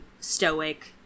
stoic